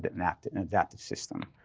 but adapted and adapted system,